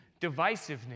divisiveness